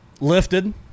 lifted